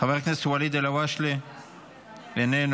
חבר הכנסת ואליד אלהואשלה, איננו.